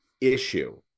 issue